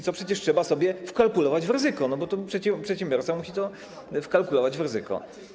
co przecież trzeba sobie wkalkulować w ryzyko, bo przedsiębiorca musi to wkalkulować w ryzyko.